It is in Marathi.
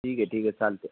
ठीक आहे ठीक आहे चालते